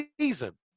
season